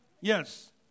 Yes